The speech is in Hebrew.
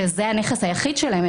שזה הנכס היחיד שלהם,